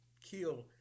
kill